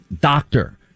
doctor